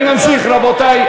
אני ממשיך, רבותי.